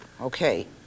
Okay